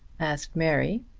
asked mary.